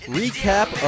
recap